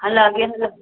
ꯍꯂꯛꯑꯒꯦ ꯍꯜꯂꯒꯦ